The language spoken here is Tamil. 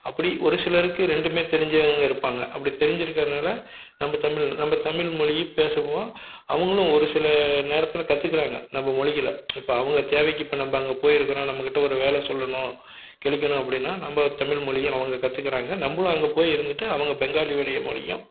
அப்படி ஒரு சிலருக்கு ரெண்டுமே தெரிஞ்சவங்க இருப்பாங்க அப்படி தெரிஞ்சிருக்கனால நம்ப தமிழ் நம்ப தமிழ்மொழி பேசுவோம் அவர்களும் ஒரு சில நேரத்தில் கற்றுக்குறாங்க நம்ப மொழிகள இப்போ அவங்க தேவைக்கு இப்போ நம்ப அங்கே போயிருக்கிறோம் நம்மக்கிட்ட ஒரு வேலை சொல்லணும் கிழிக்கணும் அப்படின்னா நம்ப தமிழ்மொழியும் அவங்க கற்றுக்குறாங்க நம்பளும் அங்கே போய் இருந்துட்டு அவங்க பெங்காலிவோடய மொழியும்